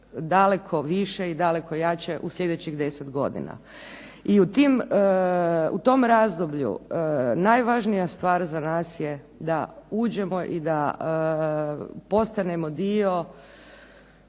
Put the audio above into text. se još više i daleko jače u sljedećih 10 godina. I u tom razdoblju najvažnija stvar za nas je da uđemo i da postanemo dio